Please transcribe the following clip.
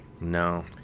no